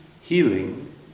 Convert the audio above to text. healing